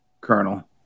Colonel